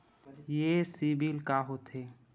ये सीबिल का होथे?